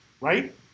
Right